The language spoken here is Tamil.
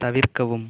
தவிர்க்கவும்